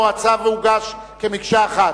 או שהצו הוגש כמקשה אחת?